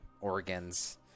organs